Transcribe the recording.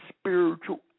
spiritual